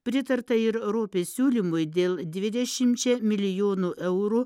pritarta ir ropės siūlymui dėl dvidešimčia milijonų eurų